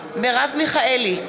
מרב מיכאלי,